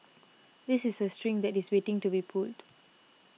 this is a string that is waiting to be pulled